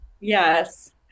Yes